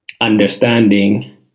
understanding